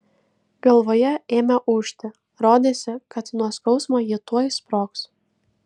galvoje ėmė ūžti rodėsi kad nuo skausmo ji tuoj sprogs